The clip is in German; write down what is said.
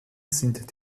sind